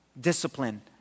discipline